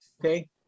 okay